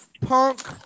Punk